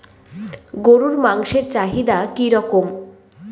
গরুর মাংসের চাহিদা কি রকম?